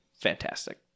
Fantastic